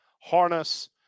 harness